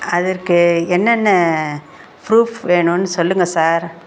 அதற்கு என்னென்ன ப்ரூஃப் வேணுன்னு சொல்லுங்கள் சார்